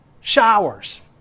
showers